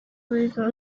rico